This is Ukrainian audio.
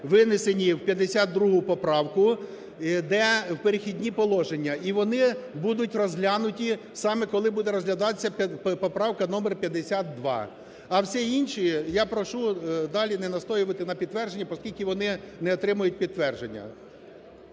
винесені в 52 поправку, де в перехідні положення. І вони будуть розглянуті саме коли буде розглядатися поправка номер 52. А все інше – я прошу далі не настоювати на підтвердженні, оскільки вони не отримають підтвердження.